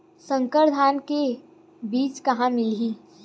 संकर धान के बीज कहां मिलही?